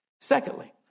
Secondly